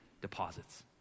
deposits